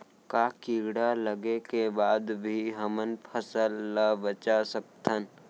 का कीड़ा लगे के बाद भी हमन फसल ल बचा सकथन?